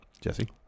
Jesse